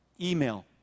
Email